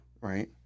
Right